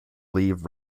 leave